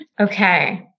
Okay